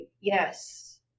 Yes